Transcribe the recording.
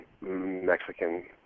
Mexican